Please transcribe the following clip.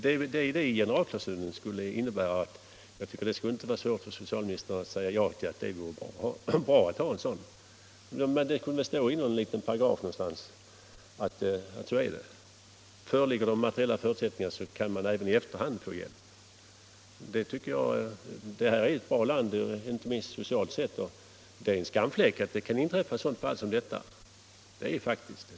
Det är vad generalklausulen skulle innebära, och jag tycker inte att det skulle vara svårt för socialministern att säga att det vore bra att ha en sådan. Det kunde väl stå i någon liten paragraf att föreligger de materiella förutsättningarna så skall det vara möjligt även i efterhand att få hjälp. Sverige är ett bra land, inte minst socialt sett, och det är en skamfläck att det kan inträffa ett sådant fall som det jag har nämnt i interpellationen.